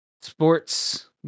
sports